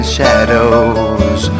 shadows